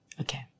Okay